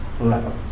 levels